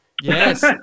Yes